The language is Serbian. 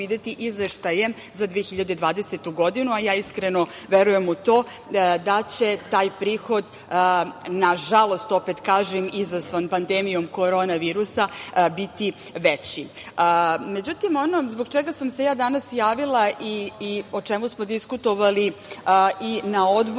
izveštajem za 2020. godinu, a ja iskreno verujem u to da će taj prihod, nažalost, opet kažem, izazvan pandemijom korona virusa biti veći.Međutim, ono zbog čega sam se ja danas javila i o čemu smo diskutovali i na Odboru,